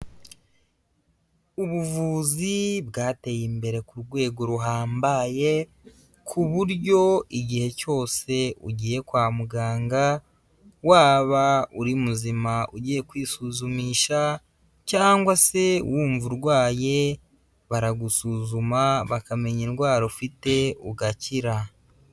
Ubuvuzi bwateye imbere ku rwego ruhambaye ku buryo igihe cyose ugiye kwa muganga waba uri muzima ugiye kwisuzumisha cyangwa se wumva urwaye baragusuzuma bakamenya indwara ufite ugakira.